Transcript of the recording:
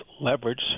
leverage